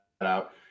out